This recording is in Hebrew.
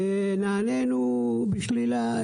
ונענינו בשלילה.